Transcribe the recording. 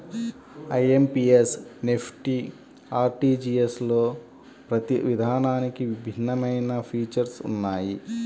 IMPS, NEFT, ఆర్టీజీయస్లలో ప్రతి విధానానికి భిన్నమైన ఫీచర్స్ ఉన్నయ్యి